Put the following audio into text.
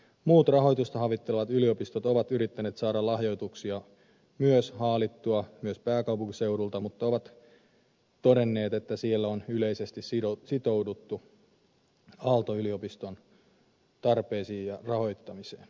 muut rahoitusta havittelevat yliopistot ovat yrittäneet myös saada lahjoituksia haalittua pääkaupunkiseudulta mutta ovat todenneet että siellä on yleisesti sitouduttu aalto yliopiston tarpeisiin ja rahoittamiseen